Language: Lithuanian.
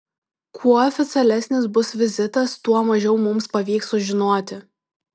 kuo oficialesnis bus vizitas tuo mažiau mums pavyks sužinoti